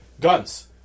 guns